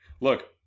Look